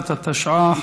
התשע"ח,